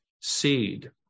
seed